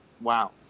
wow